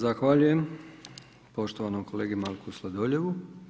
Zahvaljujem poštovanom kolegi Marku Sladoljevu.